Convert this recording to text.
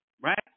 right